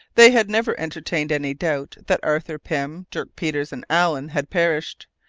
they had never entertained any doubt that arthur pym, dirk peters, and allen had perished,